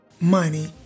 money